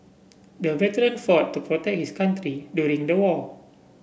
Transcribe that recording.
the veteran fought to protect his country during the war